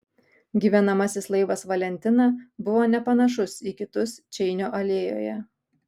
gyvenamasis laivas valentina buvo nepanašus į kitus čeinio alėjoje